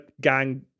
gang